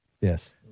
Yes